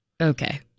okay